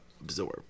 ...absorb